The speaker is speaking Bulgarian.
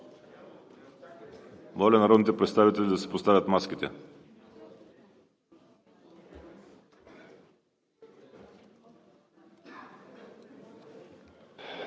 Моля, народните представители да си поставят маските.